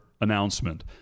announcement